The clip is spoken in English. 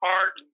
art